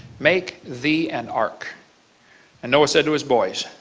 make thee an ark. and noah said to his boys,